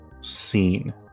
scene